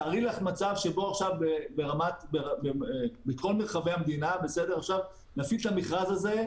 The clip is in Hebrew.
תארי לך מצב שבו עכשיו בכל מרחבי המדינה נפעיל את המכרז הזה,